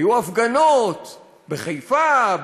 היו הפגנות בחיפה,